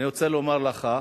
אני רוצה לומר לך,